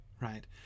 right